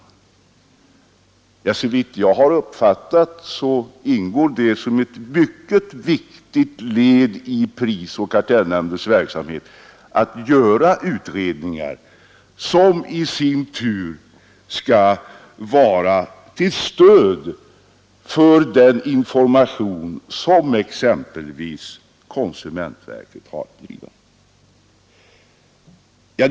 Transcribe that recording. Såvitt jag har uppfattat det rätt ingår det i prisoch kartellnämndens verksamhet att verkställa utredningar, som i sin tur skall vara till stöd för den information som exempelvis konsumentverket har tillgång till.